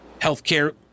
healthcare